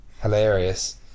hilarious